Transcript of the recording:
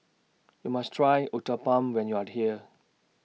YOU must Try Uthapam when YOU Are here